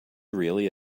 really